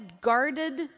guarded